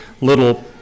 little